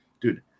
dude